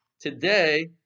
today